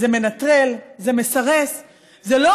זה מנטרל,